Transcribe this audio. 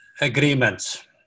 agreements